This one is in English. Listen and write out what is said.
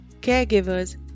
caregivers